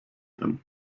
them